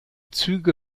züge